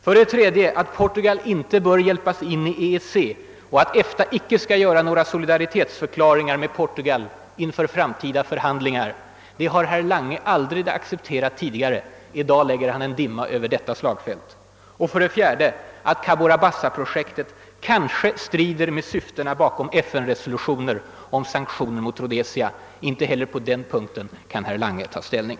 För det tredje har jag sagt att Portugal inte bör hjälpas in i EEC, och att EFTA icke bör göra några solidaritetsförklaringar gentemot Portugal inför framtida förhandlingar. Det har herr Lange aldrig accepterat tidigare. I dag breder dimman ut sig också över det området. För det fjärde menar jag att Cabora Bassa-projektet kan strida mot syftena bakom FN: s resolutioner om sanktioner mot Rhodesia. Inte heller på den punkten vill herr Lange ta ställning.